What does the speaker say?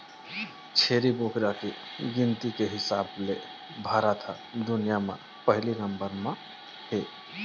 छेरी बोकरा के गिनती के हिसाब ले भारत ह दुनिया म पहिली नंबर म हे